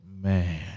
Man